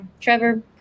Trevor